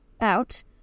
out